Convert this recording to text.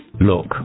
Look